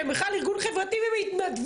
שהם בכלל ארגון חברתי ובהתנדבות,